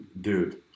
Dude